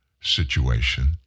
situation